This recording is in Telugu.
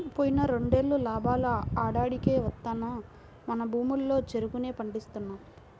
పోయిన రెండేళ్ళు లాభాలు ఆడాడికే వత్తన్నా మన భూముల్లో చెరుకునే పండిస్తున్నాం